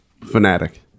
fanatic